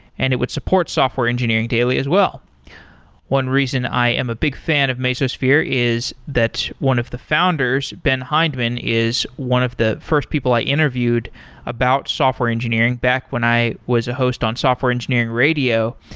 and it would support software engineering daily as well one reason i am a big fan of mesosphere is that one of the founders, ben hindman, is one of the first people i interviewed about software engineering back when i was a host on software engineering radio.